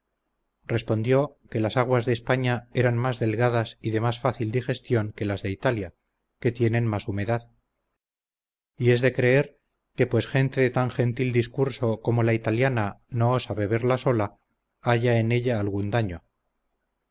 respondió que las aguas de españa eran más delgadas y de más fácil digestión que las de italia que tienen más humedad y es de creer que pues gente de tan gentil discurso como la italiana no osa beberla sola halla en ella algún daño